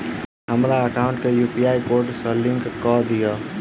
हमरा एकाउंट केँ UPI code सअ लिंक कऽ दिऽ?